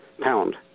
pound